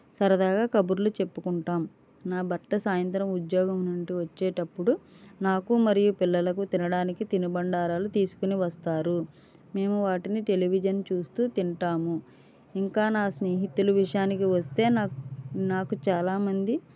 సరదాగా కబుర్లు చెప్పుకుంటాం నా భర్త సాయంత్రం ఉద్యోగం నుండి వచ్చేటప్పుడు నాకు మరియు పిల్లలకు తినడానికి తినుబండారాలు తీసుకుని వస్తారు మేము వాటిని టెలివిజన్ చూస్తు తింటాం ఇంకా నా స్నేహితులు విషయానికి వస్తే నాకు చాలా మంది